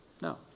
No